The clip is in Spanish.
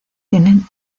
tienen